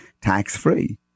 tax-free